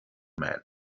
man